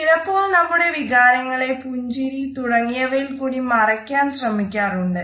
ചിലപ്പോൾ നമ്മുടെ വികാരങ്ങളെ പുഞ്ചിരി തുടങ്ങിയവയിൽ കൂടി മറയ്ക്കാൻ ശ്രമിക്കാറുണ്ട്